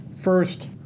First